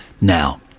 now